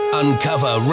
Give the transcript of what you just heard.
uncover